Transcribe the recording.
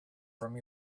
from